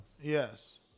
Yes